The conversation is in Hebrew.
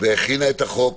הכינה את החוק